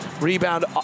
Rebound